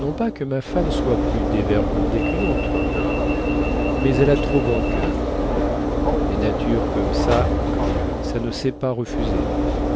non pas que ma femme soit plus dévergondée quune autre mais elle a trop bon coeur des natures comme ça ça ne sait pas refuser